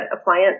appliance